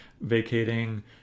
vacating